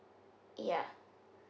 ya